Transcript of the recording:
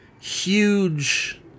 huge